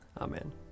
Amen